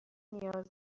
نیاز